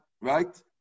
right